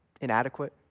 inadequate